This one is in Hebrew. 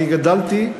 אני גדלתי,